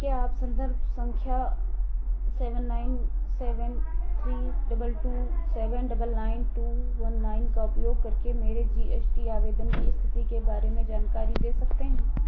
क्या आप संदर्भ संख्या seven nine seven three double two seven double nine two one nine का उपयोग करके मेरे जी एस टी आवेदन की स्थिति के बारे में जानकारी दे सकते हैं